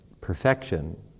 perfection